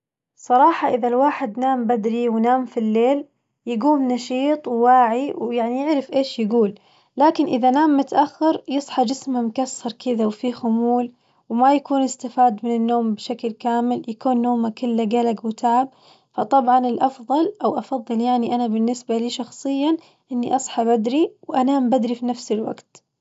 صراحة إذا الواحد نام بدري ونام في الليل يقوم نشيط وواعي ويبعني يعرف إيش يقول، لكن إذا نام متأخر يصحى جسمه مكسر كذا وفي خمول وما يكون استفاد من النوم بشكل كامل ويكون نومه كله قلق وتعب، فطبعاً الأفظل أو أفظل يعني أنا بالنسبة لي شخصياً إني أصحى بدري وأنام بدري في نفس الوقت.